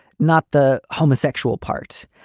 not the homosexual part,